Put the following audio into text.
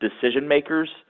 decision-makers